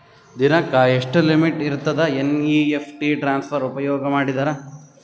ದಿನಕ್ಕ ಎಷ್ಟ ಲಿಮಿಟ್ ಇರತದ ಎನ್.ಇ.ಎಫ್.ಟಿ ಟ್ರಾನ್ಸಫರ್ ಉಪಯೋಗ ಮಾಡಿದರ?